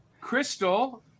Crystal